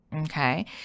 okay